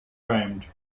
round